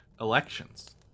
Elections